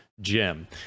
Jim